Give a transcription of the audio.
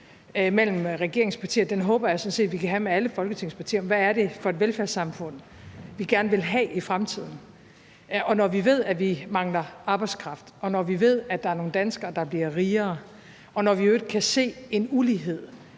imellem – og den håber jeg sådan set vi kan have med alle Folketingets partier – om, hvad det er for et velfærdssamfund, vi gerne vil have i fremtiden. Og når vi ved, at vi mangler arbejdskraft, og når vi ved, at der nogle danskere, der bliver rigere, og når vi i øvrigt kan se en ulighed